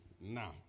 Now